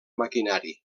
maquinari